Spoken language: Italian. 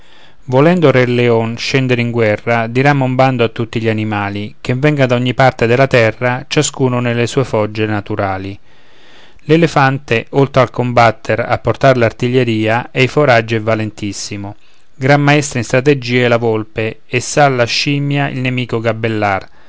volendo re leon scendere in guerra dirama un bando a tutti gli animali che vengan da ogni parte della terra ciascun nelle sue fogge naturali l'elefante oltre al combattere a portar l'artiglieria e i foraggi è valentissimo gran maestra in strategia è la volpe e sa la scimia il nemico gabellar